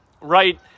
right